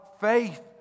faith